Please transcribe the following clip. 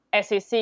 SEC